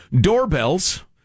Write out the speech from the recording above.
doorbells